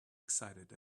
excited